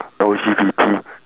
L_G_B_T